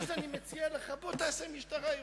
אז תשאירו אותי בשניהם.